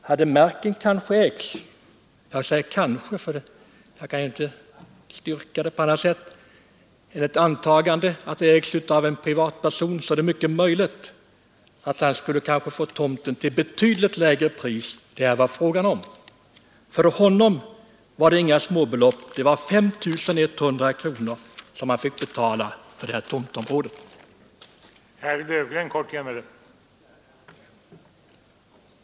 Om marken hade ägts av en privatperson är det kanske — jag säger kanske, eftersom det är ett antagande — möjligt att han hade kunnat få tomten till ett betydligt lägre pris. För honom var 5 100 kronor för tomtområdet inte något litet belopp.